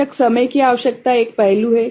बेशक समय की आवश्यकता एक पहलू है